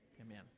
Amen